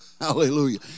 Hallelujah